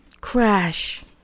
crash